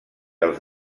els